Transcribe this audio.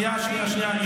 שנייה, שנייה, שנייה.